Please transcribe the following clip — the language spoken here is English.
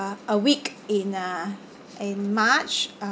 a week in uh in march uh